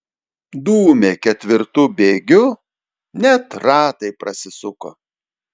dūmė ketvirtu bėgiu net ratai prasisuko